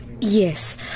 yes